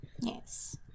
Yes